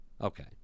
Okay